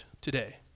today